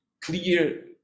clear